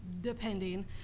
depending